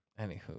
Anywho